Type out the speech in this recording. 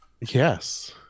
Yes